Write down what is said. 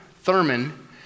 Thurman